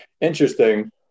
Interesting